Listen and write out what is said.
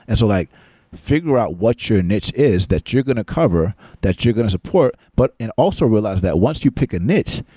and so like figure out what your niche is that you're going to cover that you're going to support, but and also realize that once you pick a niche,